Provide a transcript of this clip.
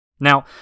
Now